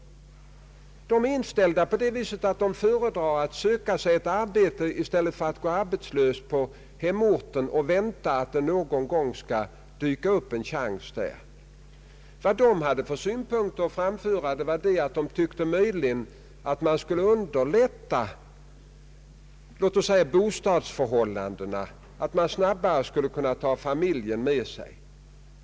De är inställda på att hellre söka sig arbete än att gå arbetslösa på hemorten och vänta att det någon gång skall dyka upp en chans där. De tyckte att man möjligen borde kunna underlätta bostadsförhållandena, så att de snabbare kunde få familjen med sig.